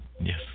Yes